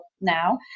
now